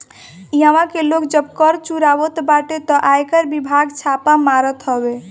इहवा के लोग जब कर चुरावत बाटे तअ आयकर विभाग छापा मारत हवे